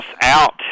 out